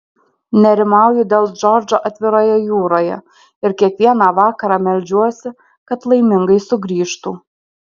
nerimauju dėl džordžo atviroje jūroje ir kiekvieną vakarą meldžiuosi kad laimingai sugrįžtų